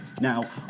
Now